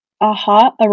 aha